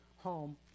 home